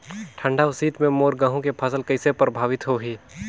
ठंडा अउ शीत मे मोर गहूं के फसल कइसे प्रभावित होही?